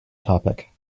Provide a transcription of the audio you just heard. topic